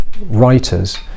writers